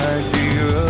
idea